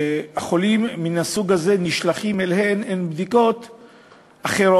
שהחולים מן הסוג הזה נשלחים אליהן הן בדיקות אחרות,